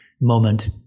moment